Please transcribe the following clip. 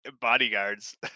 bodyguards